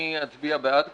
אני אצביע בעד כמובן.